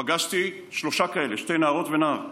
פגשתי שלושה כאלה, שתי נערות ונער.